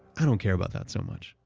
i don't care about that so much.